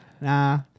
Nah